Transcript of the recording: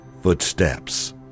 footsteps